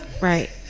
right